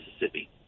Mississippi